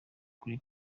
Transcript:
kuri